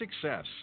success